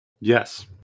Yes